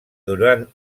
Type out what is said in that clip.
durant